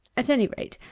at any rate,